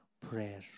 prayer